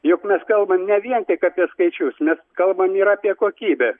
juk mes kalbam ne vien tik apie skaičius bet kalbam ir apie kokybę